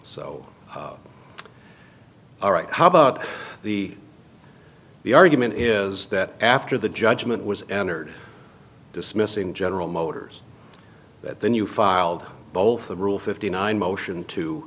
so all right how about the the argument is that after the judgment was heard dismissing general motors then you filed both the rule fifty nine motion to